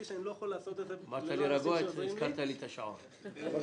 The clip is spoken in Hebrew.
שאני לא יכול לעשות את זה ללא העזרה שעוזרים לי.